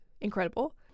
incredible